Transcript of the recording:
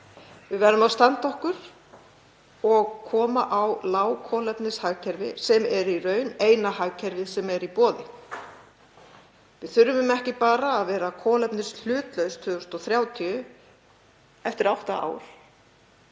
Við verðum að standa okkur og koma á lágkolefnishagkerfi sem er í raun eina hagkerfið sem er í boði. Við þurfum ekki bara að vera kolefnishlutlaus 2030, eftir átta ár,